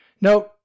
Note